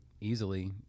easily